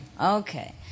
Okay